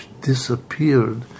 disappeared